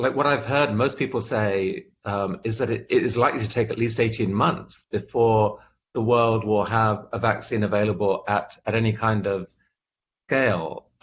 like what i've heard most people say is that it it is likely to take at least eighteen months before the world will have a vaccine available at at any kind of scale.